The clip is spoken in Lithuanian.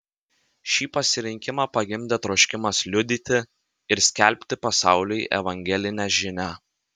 šį pasirinkimą pagimdė troškimas liudyti ir skelbti pasauliui evangelinę žinią